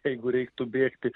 jeigu reiktų bėgti